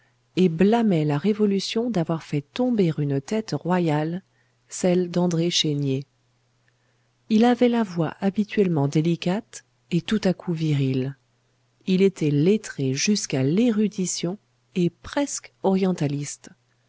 et blâmait la révolution d'avoir fait tomber une tête royale celle d'andré chénier il avait la voix habituellement délicate et tout à coup virile il était lettré jusqu'à l'érudition et presque orientaliste